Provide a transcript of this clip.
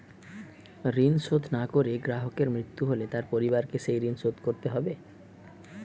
ঋণ শোধ না করে গ্রাহকের মৃত্যু হলে তার পরিবারকে সেই ঋণ শোধ করতে হবে?